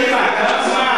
וכמה שנים.